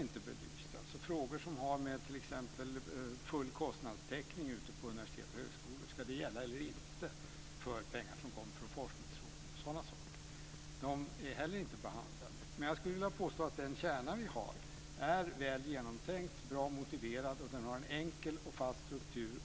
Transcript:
Det gäller t.ex. frågor som har med full kostnadstäckning ute på universitet och högskolor att göra. Ska det gälla eller inte för pengar som kommer från forskningsråden? Sådana saker är inte heller behandlade. Men jag skulle vilja påstå att den kärna vi har är väl genomtänkt, bra motiverad och har en enkel och fast struktur.